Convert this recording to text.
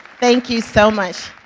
thank you so much.